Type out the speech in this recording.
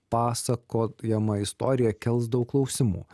pasakojama istorija kels daug klausimų